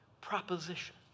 proposition